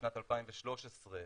בשנת 2013,